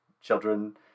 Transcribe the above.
children